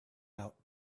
out